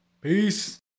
Peace